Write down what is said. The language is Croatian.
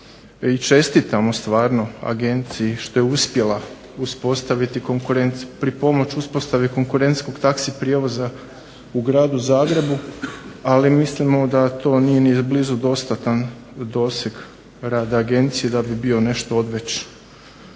čestitamo stvarno Agenciji što je uspjela uspostaviti pripomoći uspostavi konkurentskog taxi prijevoza u gradu Zagrebu, ali mislimo da to nije ni blizu dostatan doseg rada Agencije da bi bilo odveć